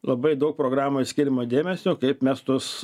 labai daug programoje skiriama dėmesio kaip mes tuos